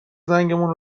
زنگمون